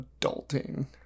adulting